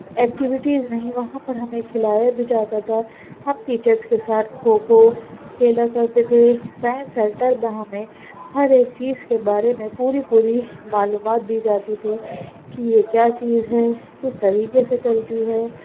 activities نہیں وہاں پر ہمیں کھیلایا بھی جاتا تھا ہم ٹیچرز کے ساتھ کھوکھو کھیلا کرتے تھے سائنس سینٹر جو ہمیں ہر ایک چیز کے بارے میں پوری پوری معلومات دی جاتی تھی کے یہ کیا چیز ہے کس طریقے سے چلتی ہے